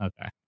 Okay